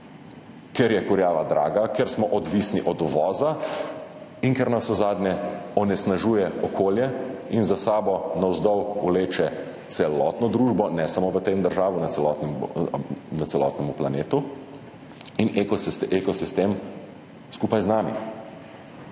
ker je kurjava draga, ker smo odvisni od uvoza in ker navsezadnje onesnažuje okolje in za sabo navzdol vleče celotno družbo, ne samo v tej državi, na celotnem planetu, in ekosistem skupaj z nami.